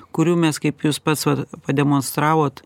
kurių mes kaip jūs pats vat pademonstravot